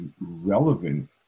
relevant